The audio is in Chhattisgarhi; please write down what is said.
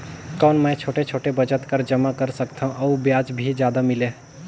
कौन मै छोटे छोटे बचत कर जमा कर सकथव अउ ब्याज भी जादा मिले?